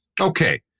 Okay